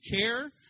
care